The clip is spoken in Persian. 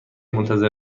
منتظر